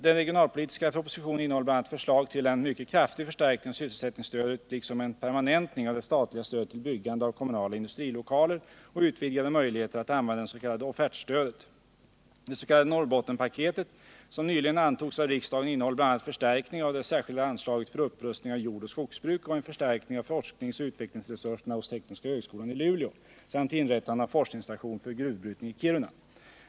Den regionalpolitiska propositionen innehåller bl.a. förslag till en mycket kraftig förstärkning av sysselsättningsstödet liksom en permanentning av det statliga stödet till byggande av kommunala industrilokaler och utvidgade möjligheter att använda det s.k. offertstödet. Det s.k. Norrbottenspaketet, som nyligen antogs av riksdagen, innehåller bl.a. förstärkning av det särskilda anslaget för upprustning av jordoch skogsbruk och en förstärkning av forskningsoch utvecklingsresurserna hos tekniska högskolan i Luleå samt inrättande av en forskningsstation för gruvbrytning i Kiruna.